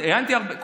ראיינתי אותו,